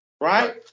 Right